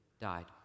died